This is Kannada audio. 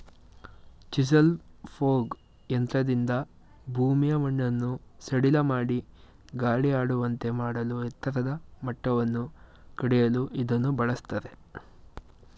ಚಿಸಲ್ ಪೋಗ್ ಯಂತ್ರದಿಂದ ಭೂಮಿಯ ಮಣ್ಣನ್ನು ಸಡಿಲಮಾಡಿ ಗಾಳಿಯಾಡುವಂತೆ ಮಾಡಲೂ ಎತ್ತರದ ಮಟ್ಟವನ್ನು ಕಡಿಯಲು ಇದನ್ನು ಬಳ್ಸತ್ತರೆ